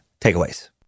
Takeaways